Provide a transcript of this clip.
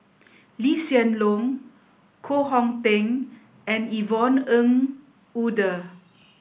Lee Hsien Loong Koh Hong Teng and Yvonne Ng Uhde